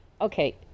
Okay